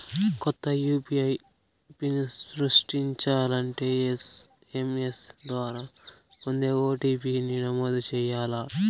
కొత్త UPI PIN సృష్టించాలంటే SMS ద్వారా పొందే ఓ.టి.పి.ని నమోదు చేయాల్ల